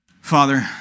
Father